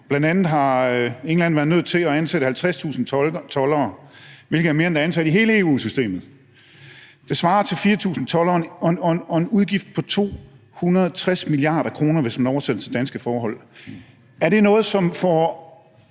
Bl.a. har England været nødt til at ansætte 50.000 toldere, hvilket er mere, end hvad der er ansat i hele EU-systemet. Det svarer til 4.000 toldere og en udgift på 260 mia. kr., hvis man oversætter det til danske forhold. Er det noget, som får